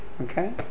Okay